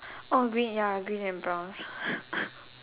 oh red ya green and brown